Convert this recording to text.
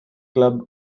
club